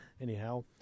Anyhow